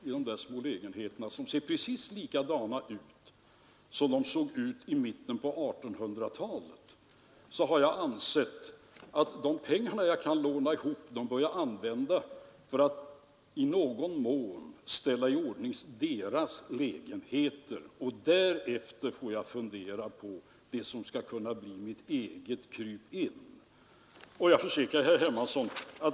Skulle prisstoppet inte ha kommit, så hade det väl inte blivit aktuellt att med statspengar kompensera jordbrukarna. Dessutom är ju frågan föremål för en jordbrukspolitisk utredning. Herr Helén kommer tillbaka med de ”förlorade åren”. Jag tyckte han lämnade en något ofullständig redovisning.